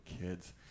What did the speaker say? kids